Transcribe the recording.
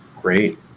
Great